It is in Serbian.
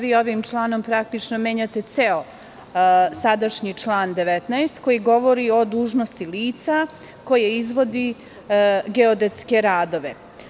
Vi ovim članom menjate ceo sadašnji član 19. koji govori o dužnosti lica koje izvodi geodetske radovi.